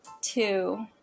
Two